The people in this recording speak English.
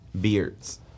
Beards